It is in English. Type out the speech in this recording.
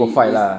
profile ah